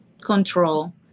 control